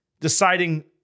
deciding